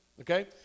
okay